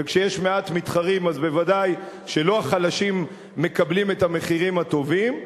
וכשיש מעט מתחרים אז ודאי שלא החלשים מקבלים את המחירים הטובים.